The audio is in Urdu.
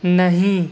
نہیں